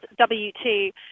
W2